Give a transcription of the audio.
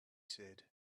said